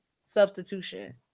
substitution